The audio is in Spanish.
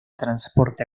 transporte